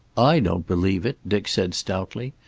i don't believe it, dick said stoutly.